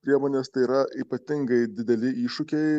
priemones tai yra ypatingai dideli iššūkiai